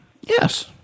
Yes